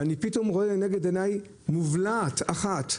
ופתאום אני רואה לנגד עיני מובלעת אחת,